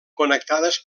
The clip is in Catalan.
connectades